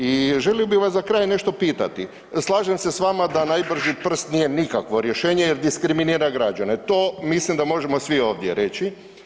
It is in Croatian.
I želio bih vas za kraj nešto pitati, slažem se s vama da najbrži prst nije nikakvo rješenje jer diskriminira građane, to mislim da možemo svi ovdje reći.